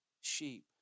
sheep